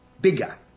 bigger